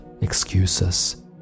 excuses